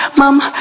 mama